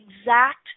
exact